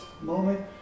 moment